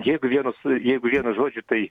jeigu vienas jeigu viena žodžiu tai